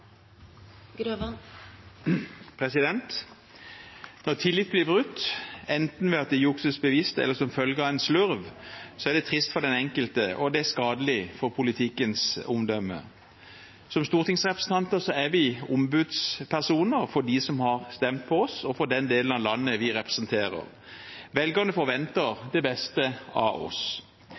det trist for den enkelte, og det er skadelig for politikkens omdømme. Som stortingsrepresentanter er vi ombudspersoner for dem som har stemt på oss, og for den delen av landet vi representerer. Velgerne forventer det beste av oss.